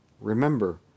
Remember